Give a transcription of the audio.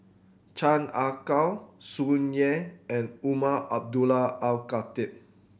Chan Ah Kow Tsung Yeh and Umar Abdullah Al Khatib